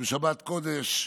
שבשבת קודש,